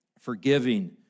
forgiving